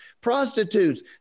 Prostitutes